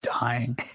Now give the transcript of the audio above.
dying